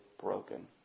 broken